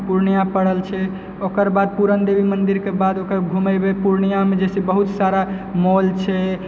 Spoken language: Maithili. पुर्णिया पड़ल छै ओकर बाद पुरण देवी मन्दिर के बाद ओकरा घुमेबै पुर्णियामे जैसे कि बहुत सारा मॉल छै